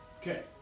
Okay